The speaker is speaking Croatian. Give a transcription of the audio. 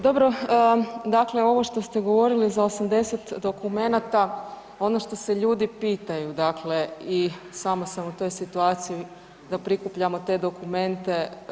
Dobro, dakle ovo što ste govorili za 80 dokumenata ono što se ljudi pitaju, dakle i sama sam u toj situaciji da prikupljamo te dokumente.